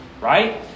Right